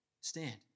stand